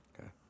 Okay